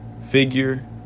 figure